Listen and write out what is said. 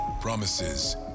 Promises